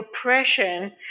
oppression